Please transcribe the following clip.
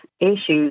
issues